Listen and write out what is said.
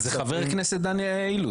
זה חבר כנסת דן אילוז.